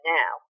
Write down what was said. now